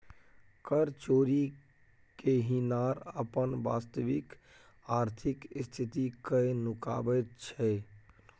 कर चोरि केनिहार अपन वास्तविक आर्थिक स्थिति कए नुकाबैत छै